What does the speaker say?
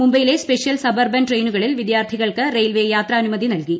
മുംബൈയിലെ special suburban ട്രെയിനുകളിൽ വിദ്യാർത്ഥികൾക്ക് റെയിൽവേ യാത്രാനുമതി നൽകി